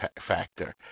factor